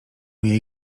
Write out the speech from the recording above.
jej